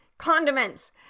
condiments